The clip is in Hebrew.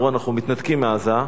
אמרו: אנחנו מתנתקים מעזה,